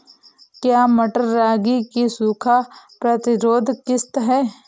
क्या मटर रागी की सूखा प्रतिरोध किश्त है?